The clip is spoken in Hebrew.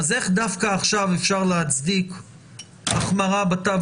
איך דווקא עכשיו אפשר להצדיק החמרה בתו